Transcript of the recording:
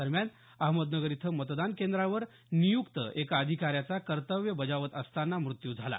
दरम्यान अहमदनगर इथं मतदान केंद्रावर नियुक्त एका अधिकाऱ्याचा कर्तव्य बजावत असताना मृत्यू झाला